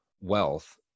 wealth